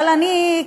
אבל אני,